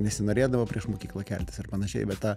nesinorėdavo prieš mokyklą keltis ir panašiai bet tą